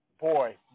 boy